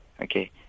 Okay